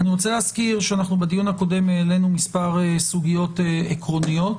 בדיון הקודם העלינו מספר סוגיות עקרוניות.